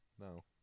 No